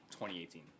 2018